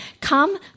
come